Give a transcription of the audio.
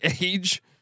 age